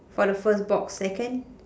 for the first box second